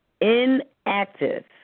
inactive